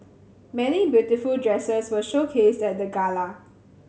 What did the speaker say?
many beautiful dresses were showcased at the gala